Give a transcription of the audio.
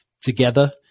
together